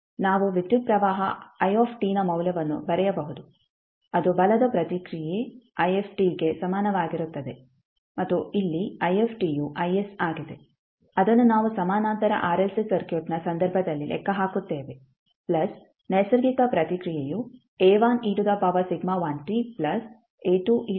ನಾವು ವಿದ್ಯುತ್ ಪ್ರವಾಹ ನ ಮೌಲ್ಯವನ್ನು ಬರೆಯಬಹುದು ಅದು ಬಲದ ಪ್ರತಿಕ್ರಿಯೆ ಗೆ ಸಮನಾಗಿರುತ್ತದೆ ಮತ್ತು ಇಲ್ಲಿ ಯು ಆಗಿದೆ ಅದನ್ನು ನಾವು ಸಮಾನಾಂತರ ಆರ್ಎಲ್ಸಿ ಸರ್ಕ್ಯೂಟ್ನ ಸಂದರ್ಭದಲ್ಲಿ ಲೆಕ್ಕ ಹಾಕುತ್ತೇವೆ ಪ್ಲಸ್ ನೈಸರ್ಗಿಕ ಪ್ರತಿಕ್ರಿಯೆಯು ಆಗಿದೆ